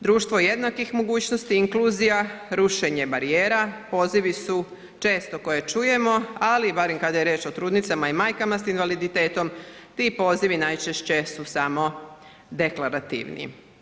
Društvo jednakih mogućnosti, inkluzija, rušenje barijera pozivi su često koje čujemo, ali barem kada je riječ o trudnicama i majkama s invaliditetom, ti pozivi najčešće su samo deklarativni.